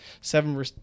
seven